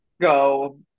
go